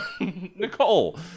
Nicole